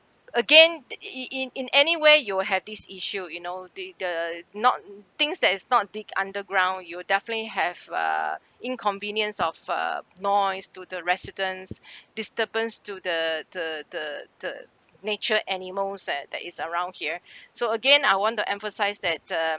again in in in any where you'll have these issue you know the the not things that is not dig underground you'll definitely have uh inconvenience of uh noise to the residents disturbance to the the the the nature animals that that is around here so again I want to emphasised that uh